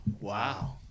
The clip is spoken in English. Wow